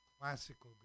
classical